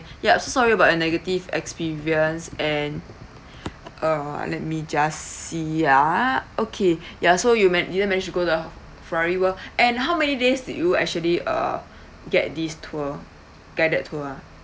yup so sorry about your negative experience and err let me just see ah okay ya so you man~ didn't managed to go the Ferrari world and how many days did you actually uh get this tour guided tour